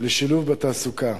לשילוב בתעסוקה.